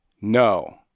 no